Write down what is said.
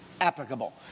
applicable